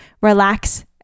relax